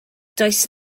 does